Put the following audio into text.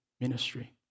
ministry